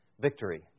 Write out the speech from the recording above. victory